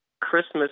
Christmas